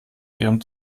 ihrem